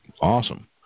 Awesome